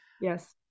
Yes